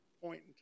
point